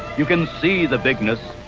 you can see the bigness,